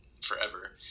forever